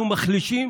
אנחנו מחלישים